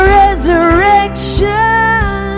resurrection